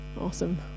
Awesome